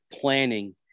planning